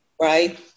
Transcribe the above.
Right